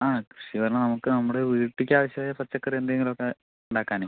ആ കൃഷി പറഞ്ഞാൽ നമുക്ക് നമ്മുടെ വീട്ടിലേക്ക് ആവശ്യമായ പച്ചക്കറി എന്തെങ്കിലും ഒക്കെ ഉണ്ടാക്കാൻ